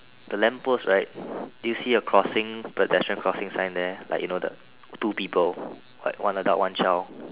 the lamp post right do you see a crossing pedestrian crossing sign there like you know the two people white one adult one child